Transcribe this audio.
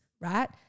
right